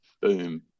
Boom